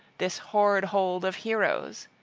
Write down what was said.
this hoard-hold of heroes.